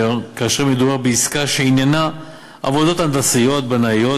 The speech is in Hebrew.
כאשר מדובר בעסקה שעניינה עבודות הנדסה בנאיות.